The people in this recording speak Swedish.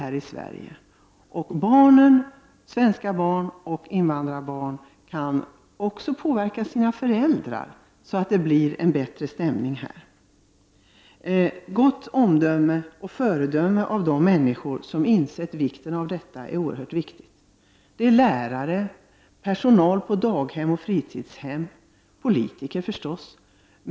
Både svenska barn och invandrarbarn kan påverka sina föräldrar och bidra till en bättre stämning. Gott omdöme och föredöme hos de människor som insett vikten av detta är oerhört viktigt. Det kan vara lärare, personal på daghem och fritidshem samt förstås politiker.